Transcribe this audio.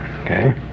Okay